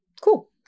Cool